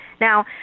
Now